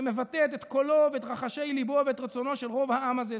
שמבטאת את קולו ואת רחשי ליבו ואת רצונו של רוב העם הזה.